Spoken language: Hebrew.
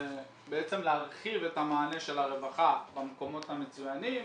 בעצם להרחיב את המענה של הרווחה במקומות המצוינים,